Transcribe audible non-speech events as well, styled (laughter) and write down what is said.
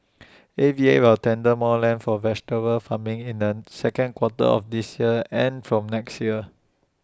(noise) A V A will tender more land for vegetable farming in the second quarter of this year and from next year